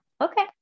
okay